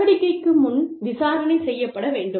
நடவடிக்கைக்கு முன் விசாரணை செய்யப்பட வேண்டும்